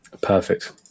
perfect